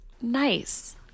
Nice